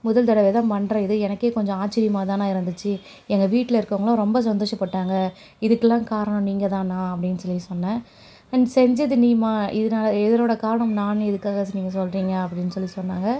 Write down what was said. முதல்தடவை தான் பண்ணுறேன் இது எனக்கே கொஞ்சம் ஆச்சரியமாகதாண்ணா இருந்துச்சு எங்கள் வீட்டில் இருக்கறவங்களும் ரொம்ப சந்தோஷப்பட்டாங்க இதுக்கெலாம் காரணம் நீங்கள்தாண்ணா அப்படின்னு சொல்லி சொன்னேன் செஞ்சது நீம்மா இதனோடய காரணம் நான்னு எதுக்காக நீங்கள் சொல்கிறீங்க அப்படின்னு சொல்லி சொன்னாங்க